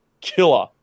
killer